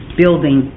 building